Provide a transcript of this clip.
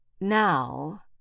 Now